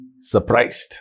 surprised